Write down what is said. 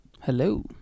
hello